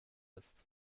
ist